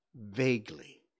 vaguely